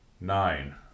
Nine